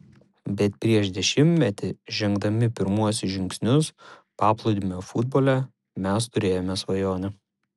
bet prieš dešimtmetį žengdami pirmuosius žingsnius paplūdimio futbole mes turėjome svajonę